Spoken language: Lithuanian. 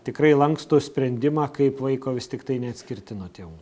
tikrai lankstų sprendimą kaip vaiko vis tiktai neatskirti nuo tėvų